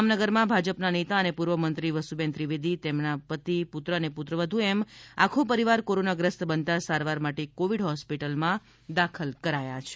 જામનગરમાં ભાજપના નેતા અને પૂર્વ મંત્રી વસુબેન ત્રિવેદી તેમણે પતિ પુત્ર અને પુત્રવધ્ એમ આખો પરિવાર કોરોનાગ્રસ્ત બનતાં સારવાર માટે કોવિડ હોસ્પિટલમાં સારવાર માટે દાખલ કરાયા છે